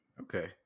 Okay